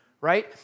right